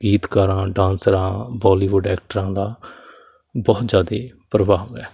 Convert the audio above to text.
ਗੀਤਕਾਰਾਂ ਡਾਂਸਰਾਂ ਬੋਲੀਵੁੱਡ ਐਕਟਰਾਂ ਦਾ ਬਹੁਤ ਜ਼ਿਆਦਾ ਪ੍ਰਭਾਵ ਹੈ